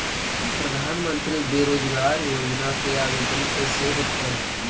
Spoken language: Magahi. प्रधानमंत्री बेरोजगार योजना के आवेदन कैसे होतै?